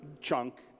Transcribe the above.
chunk